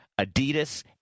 adidas